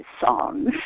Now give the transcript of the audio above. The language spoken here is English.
songs